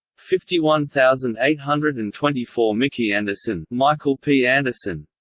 fifty one thousand eight hundred and twenty four mikeanderson mikeanderson